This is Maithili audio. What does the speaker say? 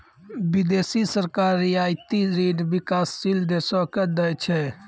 बिदेसी सरकार रियायती ऋण बिकासशील देसो के दै छै